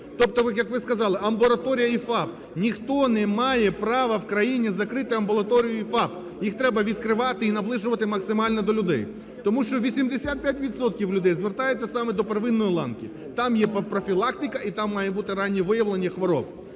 тобто як ви сказали, амбулаторія і ФАП. Ніхто не має права в країні закрити амбулаторію і ФАП, їх треба відкривати і наближувати максимально до людей, тому що 85 відсотків людей звертаються саме до первинної ланки, там є профілактика, і там має бути раннє виявлення хвороб.